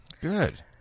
Good